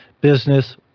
business